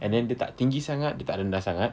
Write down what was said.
and then dia tak tinggi sangat dia tak rendah sangat